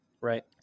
Right